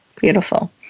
beautiful